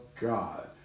God